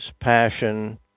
passion